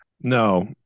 No